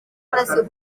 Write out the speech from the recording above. relació